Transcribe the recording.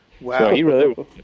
Wow